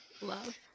Love